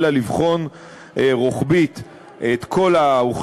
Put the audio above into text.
אלא יש לבחון רוחבית את כל האוכלוסיות,